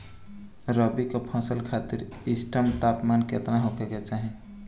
रबी क फसल खातिर इष्टतम तापमान केतना होखे के चाही?